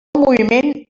moviment